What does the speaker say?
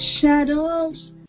shadows